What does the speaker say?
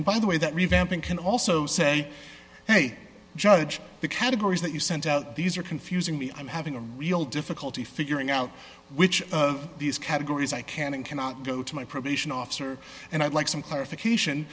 and by the way that revamping can also say hey judge the categories that you sent out these are confusing me i'm having a real difficulty figuring out which of these categories i can and cannot go to my probation officer and i'd like some clarification